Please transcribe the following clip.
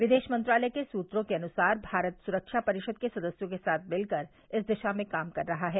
विदेश मंत्रालय के सूत्रों के अनुसार भारत सुरक्षा परिषद के सदस्यों के साथ मिलकर इस दिशा में काम कर रहा है